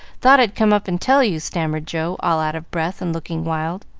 thought i'd come up and tell you, stammered joe, all out of breath and looking wild.